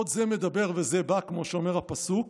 עוד זה מדבר וזה בא, כמו שאומר הפסוק,